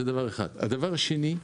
דבר שני,